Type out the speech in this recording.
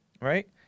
right